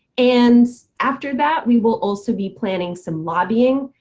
and after that we will also be planning some lobbying.